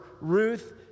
Ruth